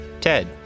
Ted